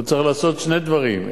הוא צריך לעשות שני דברים.